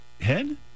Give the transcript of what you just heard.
head